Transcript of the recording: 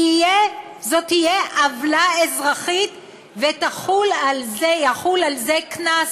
זאת תהיה עוולה אזרחית ויחול על זה קנס.